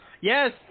Yes